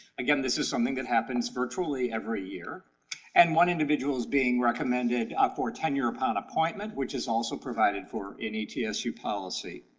again this is something that happens virtually every year and one individual is being recommended up for tenure upon appointment, which is also provided for in etsu policy.